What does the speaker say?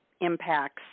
impacts